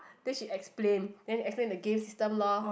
then she explain then she explain the game system lor